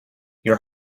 your